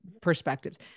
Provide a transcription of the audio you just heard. perspectives